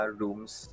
rooms